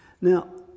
Now